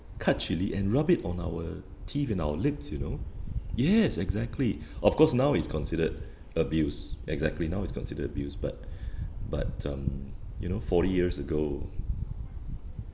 cut chilli and rub it on our teeth and our lips you know yes exactly of course now it's considered abuse exactly now it's considered abuse but but um you know forty years ago